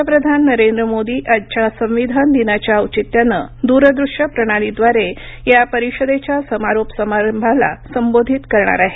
पंतप्रधान नरेंद्र मोदी आजच्या संविधान दिनाच्या औचित्यानं द्रदृश्यप्रणालीद्वारे या परिषदेच्या समारोप समारंभाला संबोधित करणार आहेत